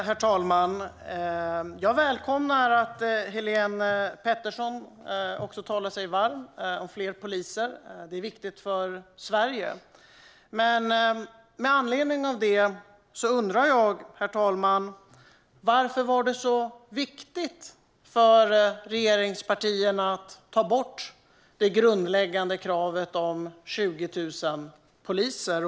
Herr talman! Jag välkomnar att Helene Petersson talar sig varm om behovet av fler poliser, för det här är viktigt för Sverige. Men med anledning av detta undrar jag: Varför var det så viktigt för regeringspartierna att ta bort det grundläggande kravet om 20 000 poliser?